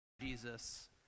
Jesus